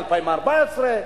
ל-2014,